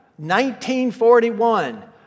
1941